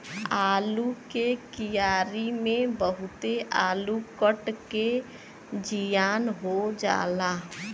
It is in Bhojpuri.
आलू के क्यारी में बहुते आलू कट के जियान हो जाला